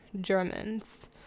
Germans